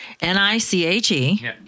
N-I-C-H-E